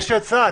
יש לי הצעה.